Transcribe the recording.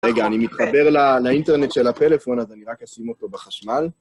רגע, אני מתחבר לאינטרנט של הפלאפון, אז אני רק אשים אותו בחשמל.